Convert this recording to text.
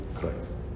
Christ